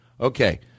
Okay